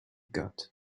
got